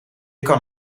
kan